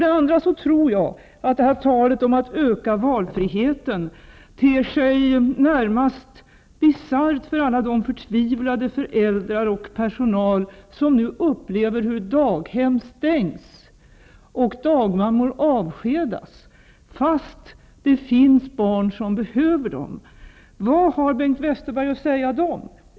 Jag tror att talet om att öka valfriheten ter sig när mast bisarrt för alla de förtvivlade föräldrar och all den personal som nu upplever hur daghem stängs och dagmammor avskedas fast det finns barn som behöver dem. Vad har Bengt Westerberg att säga till dem?